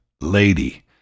Lady